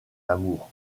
amour